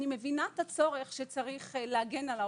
אני מבינה שצריך להגן על העובד.